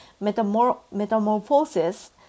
Metamorphosis